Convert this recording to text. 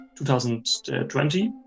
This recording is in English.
2020